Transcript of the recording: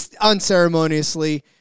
unceremoniously